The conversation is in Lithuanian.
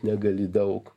negali daug